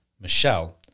Michelle